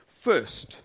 first